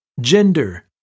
gender